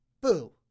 Boo